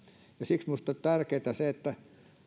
ja siksi minusta on tärkeätä se että